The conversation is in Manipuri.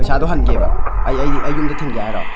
ꯄꯩꯁꯥꯗꯨ ꯍꯟꯒꯦꯕ ꯑꯩ ꯑꯩꯗꯤ ꯑꯩ ꯌꯨꯝꯗ ꯊꯤꯟꯒꯦ ꯍꯥꯏꯔꯣ